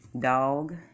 dog